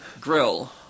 grill